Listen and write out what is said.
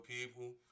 people